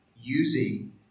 using